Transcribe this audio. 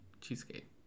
Cheesecake